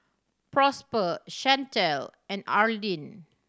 Prosper Shantell and Arlyne